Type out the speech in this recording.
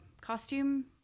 costume